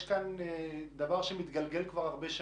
יש כאן דבר שמתגלגל כבר הרבה שנים.